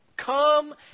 Come